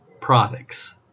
products